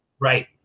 Right